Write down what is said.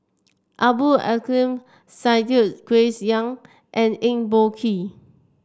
Abdul Aleem Siddique Grace Young and Eng Boh Kee